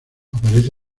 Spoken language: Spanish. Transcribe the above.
aparece